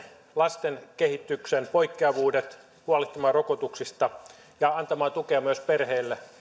lasten kehityksen poikkeavuudet huolehtimaan rokotuksista ja antamaan tukea myös perheille